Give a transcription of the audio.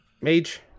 Mage